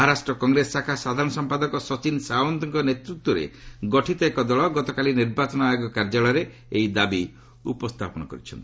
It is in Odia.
ମହାରାଷ୍ଟ୍ର କଂଗ୍ରେସ ଶାଖା ସାଧାରଣ ସମ୍ପାଦକ ସଚିନ ସାଓ୍ପନ୍ତଙ୍କ ନେତୃତ୍ୱରେ ଗଠିତ ଏକ ଦଳ ଗତକାଲି ନିର୍ବାଚନ ଆୟୋଗ କାର୍ଯ୍ୟାଳୟରେ ଏହି ଦାବି ଉପସ୍ତାପନ କରିଛନ୍ତି